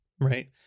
right